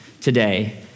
today